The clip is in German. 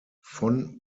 von